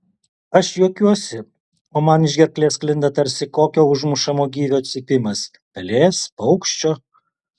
aš juokiuosi o man iš gerklės sklinda tarsi kokio užmušamo gyvio cypimas pelės paukščio